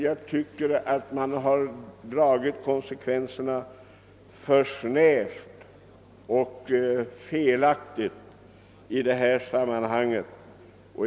Jag tycker att man har dragit konsekvenserna alltför snävt i det här sammanhanget.